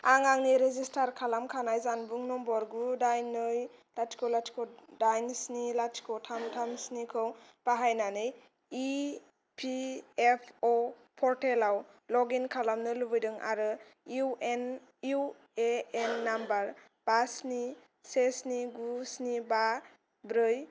आं आंनि रेजिस्टार खालामखानाय जानबुं नम्बर गु दाइन नै लाथिख' लाथिख' दाइन स्नि लाथिख' थाम थाम स्निखौ बाहायनानै इ पि एफ अ' पर्टेलाव लग इन खालामनो लुबैदों आरो इउ ए एन नम्बर बा स्नि से स्नि गु स्नि बा ब्रै